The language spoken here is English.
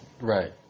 Right